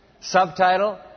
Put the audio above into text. Subtitle